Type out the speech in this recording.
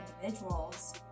individuals